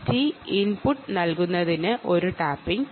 PT input നൽകുന്നതിനാണ് ഒരു tapping